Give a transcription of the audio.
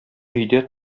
өйдә